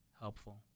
helpful